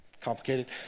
complicated